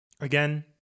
Again